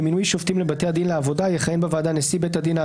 במינוי שופטים לבתי הדין לעבודה יכהן בוועדה נשיא